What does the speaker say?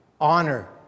honor